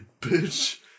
bitch